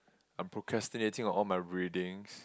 I'm procrastinating on all my readings